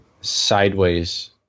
sideways